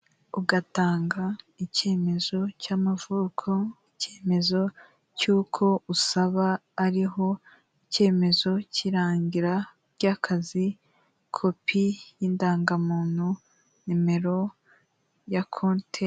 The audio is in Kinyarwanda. Ugatanga icyemezo cy'amavuko, icyemezo cy'uko usaba ariho, icyemezo cy'irangira ry'akazi, kopi y'indangamuntu, nimero ya konte.